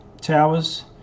towers